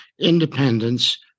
independence